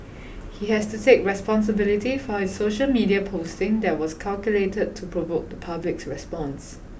he has to take responsibility for his social media posting that was calculated to provoke the public's response